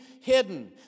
hidden